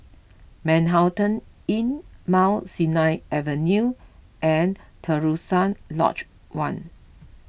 Manhattan Inn Mount Sinai Avenue and Terusan Lodge one